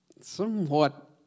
somewhat